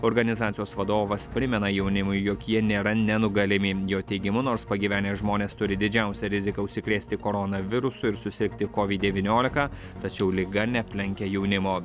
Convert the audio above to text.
organizacijos vadovas primena jaunimui jog jie nėra nenugalimi jo teigimu nors pagyvenę žmonės turi didžiausią riziką užsikrėsti koronavirusu ir susirgti covid devyniolika tačiau liga neaplenkia jaunimo